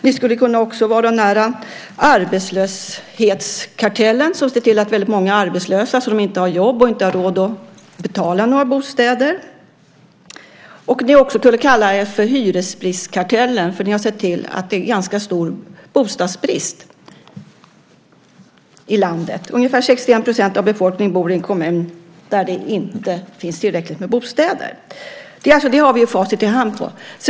Det skulle också ligga nära till hands med arbetslöshetskartellen, som ser till att väldigt många är arbetslösa, och har de inte något jobb har de inte råd att betala någon bostad. Jag skulle också kunna kalla er för bostadsbristkartellen, för ni har också sett till att det är en ganska stor bostadsbrist i landet. Ungefär 61 % av befolkningen bor i en kommun där det inte finns tillräckligt med bostäder. Här har vi alltså facit i hand.